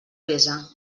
pesa